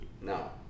No